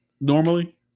Normally